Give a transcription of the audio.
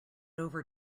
over